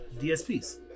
DSPs